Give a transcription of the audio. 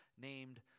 named